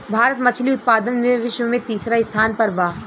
भारत मछली उतपादन में विश्व में तिसरा स्थान पर बा